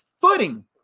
footing